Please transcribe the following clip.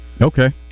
Okay